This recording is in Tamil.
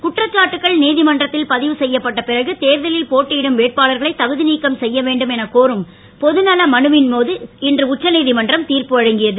குற்றச்சாட்டுகள் நீதிமன்றத்தில் பதிவு செய்யப்பட்ட பிறகு தேர்தலில் போட்டியிடும் வேட்பாளர்களை தகுதிநீக்கம் செய்ய வேண்டும் என கோரும் பொதுநல மனுவின் மீது இன்று உச்சநீதிமன்றம் திர்ப்பு வழங்கியது